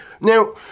Now